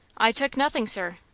i took nothing, sir.